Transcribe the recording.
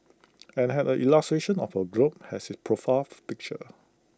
and had A illustration of A globe has its profile picture